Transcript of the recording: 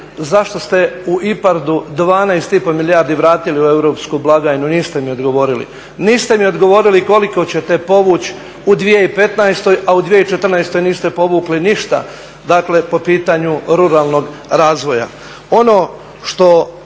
zašto ste u IPARD-u 12,5 milijardi vratili u europsku blagajnu, niste mi odgovorili. Niste mi odgovorili ni koliko ćete povući u 2015., a u 2014. niste povukli ništa dakle po pitanju ruralnog razvoja.